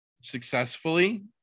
successfully